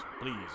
Please